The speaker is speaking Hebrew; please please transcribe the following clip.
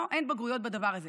לא, אין בגרויות בדבר הזה.